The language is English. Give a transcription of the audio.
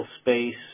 space